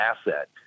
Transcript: asset